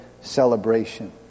celebration